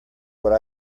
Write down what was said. what